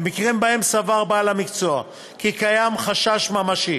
במקרים שבהם סבר בעל המקצוע כי קיים חשש ממשי